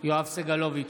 יואב סגלוביץ'